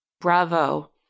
Bravo